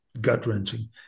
gut-wrenching